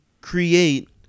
create